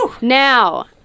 Now